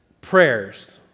prayers